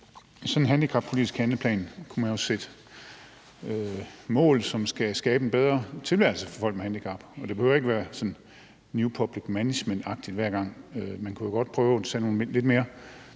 sådan en handicappolitisk handleplan kunne man jo sætte mål, som skal skabe en bedre tilværelse for folk med handicap, og det behøver jo ikke at være sådan new public management-agtigt hver gang, men man kunne godt prøve at tage nogle lidt mere